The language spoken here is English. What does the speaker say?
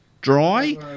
dry